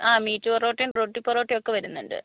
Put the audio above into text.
ആ മീറ്റ് പൊറോട്ടയും റൊട്ടി പൊറോട്ടയും ഒക്കെ വരുന്നുണ്ട്